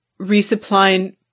resupplying